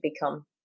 become